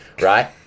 Right